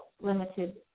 limited